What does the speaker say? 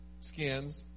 skins